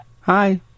Hi